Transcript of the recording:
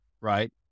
right